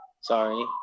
sorry